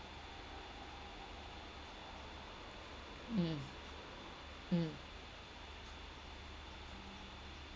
mm mm